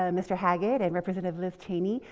um mister haggit and representative liz cheney.